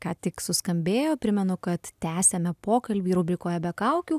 kątik suskambėjo primenu kad tęsiame pokalbį rubrikoje be kaukių